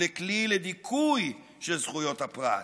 ולכלי לדיכוי של זכויות הפרט.